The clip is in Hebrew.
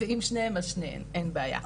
ואם שניהם, אז שניהם, אין בעיה.